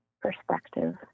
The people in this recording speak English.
perspective